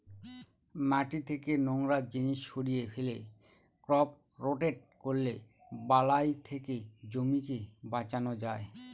মাটি থেকে নোংরা জিনিস সরিয়ে ফেলে, ক্রপ রোটেট করলে বালাই থেকে জমিকে বাঁচানো যায়